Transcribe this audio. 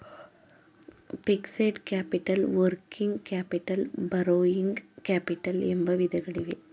fixed capital working capital borrowing capital ಎಂಬ ವಿಧಗಳಿವೆ